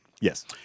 Yes